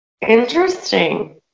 interesting